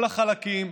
כל החלקים,